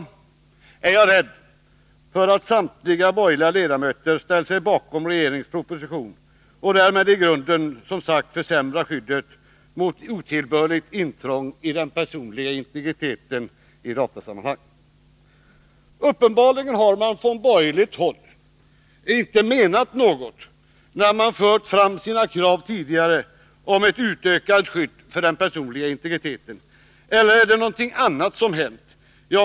I dag är jag rädd för att samtliga borgerliga ledamöter ställer sig bakom regeringens proposition och därmed, som sagt, i grunden försämrar skyddet mot otillbörligt intrång i den personliga integriteten i datasammanhang. Uppenbarligen har man från borgerligt håll inte menat något när man tidigare fört fram sina krav på ett utökat skydd för den personliga integriteten. Eller är det någonting annat som har hänt?